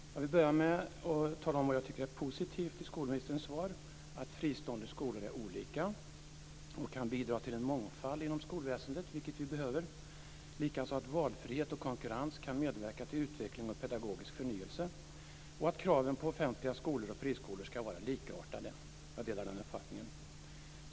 Jag vill börja med att tala om vad jag tycker är positivt i skolministerns svar. Det är att fristående skolor är olika och kan bidra till en mångfald inom skolväsendet, vilket vi behöver. Likaså att valfrihet och konkurrens kan medverka till utveckling av pedagogisk förnyelse och att kraven på offentliga skolor och friskolor ska vara likartade. Jag delar den uppfattningen.